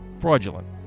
fraudulent